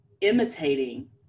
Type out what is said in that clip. imitating